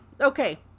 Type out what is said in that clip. okay